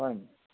হয় নেকি